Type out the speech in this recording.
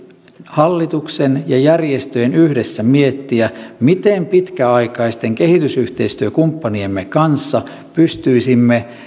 hallituksen ja järjestöjen yhdessä miettiä miten pitkäaikaisten kehitysyhteistyökumppaniemme kanssa pystyisimme